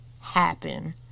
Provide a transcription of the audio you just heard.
happen